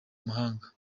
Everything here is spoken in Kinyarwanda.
muhanda